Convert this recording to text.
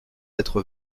être